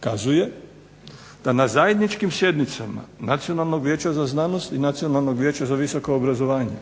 kazuje da na zajedničkim sjednicama Nacionalnog vijeća za znanost i Nacionalnog vijeća za visoko obrazovanje,